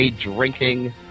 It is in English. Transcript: drinking